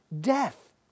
death